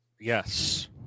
yes